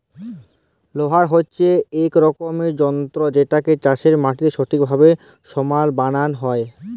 roller হছে ইক রকমের যল্তর যেটতে চাষের মাটিকে ঠিকভাবে সমাল বালাল হ্যয়